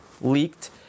leaked